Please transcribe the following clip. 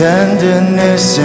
tenderness